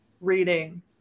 reading